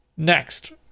Next